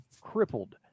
crippled